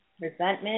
Resentment